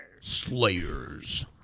Slayers